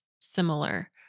similar